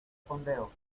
fondeo